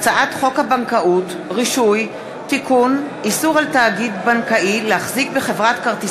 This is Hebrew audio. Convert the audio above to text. הצעת חוק איסור הונאה בכשרות (תיקון,